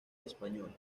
español